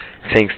thanks